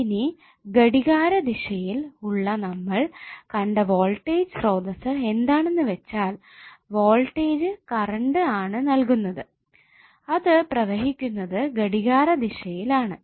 ഇനി ഘടികാരദിശയിൽ ഉള്ള നമ്മൾ കണ്ട വോൾടേജ് സ്ത്രോതസ്സു എന്താണെന്ന് വെച്ചാൽ വോൾടേജ് കറണ്ട് ആണ് നൽകുന്നത് അത് പ്രവഹിക്കുന്നത് ഘടികാരദിശയിൽ ആണ്